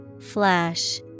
flash